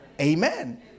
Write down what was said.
amen